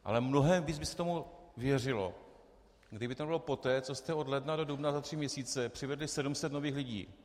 Ale mnohem víc by se tomu věřilo, kdyby to nebylo poté, co jste od ledna do dubna, za tři měsíce, přivedli 700 nových lidí.